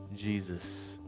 Jesus